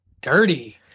dirty